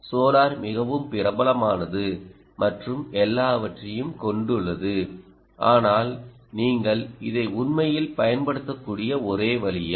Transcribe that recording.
solar மிகவும் பிரபலமானது மற்றும் எல்லாவற்றையும் கொண்டுள்ளது ஆனால் நீங்கள் இதை உண்மையில் பயன்படுத்தக்கூடிய ஒரே வழியா